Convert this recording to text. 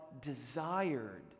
desired